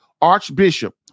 Archbishop